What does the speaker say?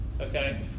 Okay